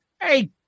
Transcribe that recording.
Hey